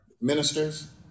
Ministers